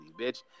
Bitch